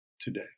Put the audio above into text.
today